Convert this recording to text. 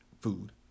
food